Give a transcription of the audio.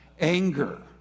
Anger